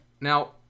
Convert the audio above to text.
Now